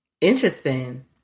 Interesting